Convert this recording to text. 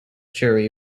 jury